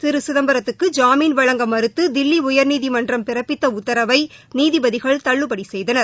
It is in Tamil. திருசிதம்பரத்துக்கு ஜாமீன் வழங்க மறுத்துதில்லிஉயர்நீதிமன்றம் பிறப்பித்தஉத்தரவைநீதிபதிகள் தள்ளுபடிசெய்தனர்